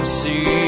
see